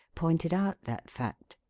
pointed out that fact.